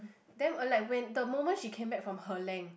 then um like when the moment she came back from her length